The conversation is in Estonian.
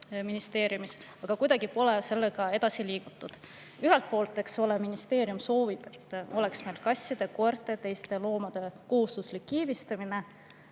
ministeeriumis, aga kuidagi pole sellega edasi liigutud. Ühelt poolt, eks ole, ministeerium soovib, et meil oleks kasside, koerte ja teiste loomade kohustuslik kiibistamine,